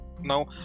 Now